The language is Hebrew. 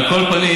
על כל פנים,